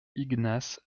ignace